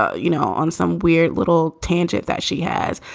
ah you know, on some weird little tangent that she has.